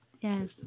Yes